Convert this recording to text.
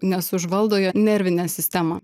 nes užvaldo jo nervinę sistemą